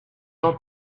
jean